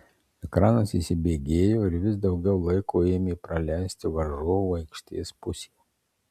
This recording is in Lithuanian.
ekranas įsibėgėjo ir vis daugiau laiko ėmė praleisti varžovų aikštės pusėje